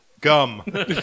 Gum